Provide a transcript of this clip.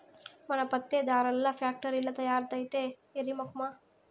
మన పత్తే దారాల్ల ఫాక్టరీల్ల తయారైద్దే ఎర్రి మొకమా